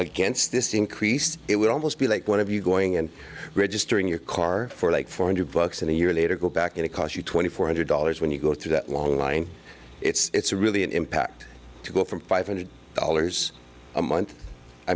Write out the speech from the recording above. against this increase it would almost be like one of you going and registering your car for like four hundred bucks in a year later go back and it cost you twenty four hundred dollars when you go through that long line it's a really an impact to go from five hundred dollars a month i